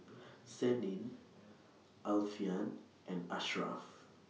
Senin Alfian and Asharaff